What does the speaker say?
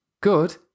Good